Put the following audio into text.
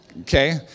Okay